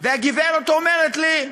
והגברת אומרת לי: